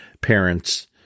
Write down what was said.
parents